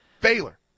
Baylor